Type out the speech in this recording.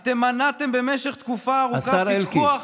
אתם מנעתם במשך תקופה ארוכה פיקוח